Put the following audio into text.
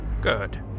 Good